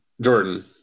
jordan